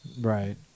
Right